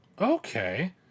Okay